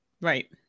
Right